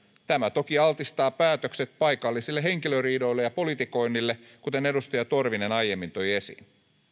tämä toki altistaa päätökset paikallisille henkilöriidoille ja politikoinnille kuten edustaja torvinen aiemmin toi esiin